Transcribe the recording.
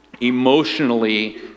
emotionally